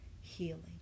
healing